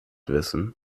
wissen